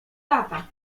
lata